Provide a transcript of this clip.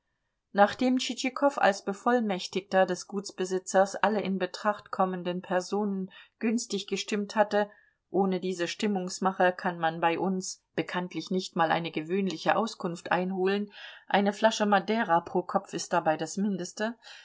nachdem tschitschikow als bevollmächtigter des gutsbesitzers alle in betracht kommenden personen günstig gestimmt hatte ohne diese stimmungsmache kann man bei uns bekanntlich nicht mal eine gewöhnliche auskunft einholen eine flasche madeira pro kopf ist dabei das mindeste